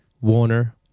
Warner